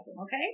Okay